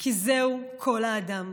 כי זה כל האדם".